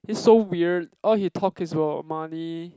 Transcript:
he's so weird all he talk is about money